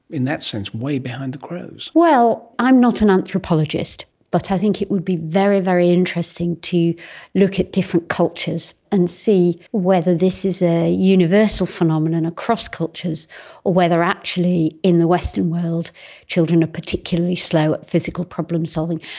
in that sense, way behind the crows? well, i'm not an anthropologist but i think it would be very, very interesting to look at different cultures and see whether this is a universal phenomenon across cultures or whether actually in the western world children are particularly slow at physical problem solving.